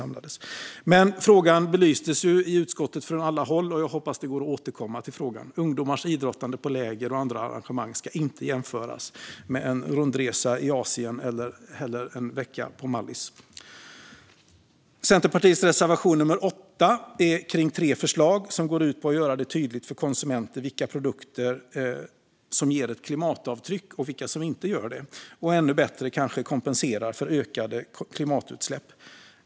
Men frågan belystes ju i utskottet från alla håll, och jag hoppas att det går att återkomma till frågan. Ungdomars idrottande på läger och andra arrangemang ska inte jämföras med en rundresa i Asien eller en vecka på Mallis. Centerpartiets reservation 8 gäller tre förslag som går ut på att göra det tydligt för konsumenter vilka produkter som ger ett klimatavtryck, vilka som inte gör det och - kanske ännu bättre - vilka som kompenserar för ökade klimatutsläpp.